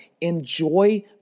enjoy